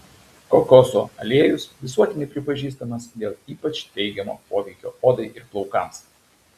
kokosų aliejus visuotinai pripažįstamas dėl ypač teigiamo poveikio odai ir plaukams